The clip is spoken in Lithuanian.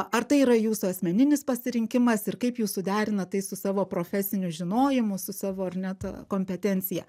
ar tai yra jūsų asmeninis pasirinkimas ir kaip jūs suderinat tai su savo profesiniu žinojimu su savo ar ne ta kompetencija